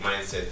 mindset